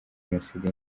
jenoside